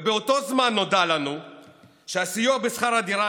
ובאותו הזמן נודע לנו שהסיוע בשכר הדירה